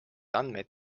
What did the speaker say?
andmed